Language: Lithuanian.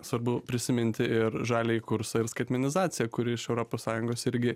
svarbu prisiminti ir žaliąjį kursą ir skaitmenizaciją kuri iš europos sąjungos irgi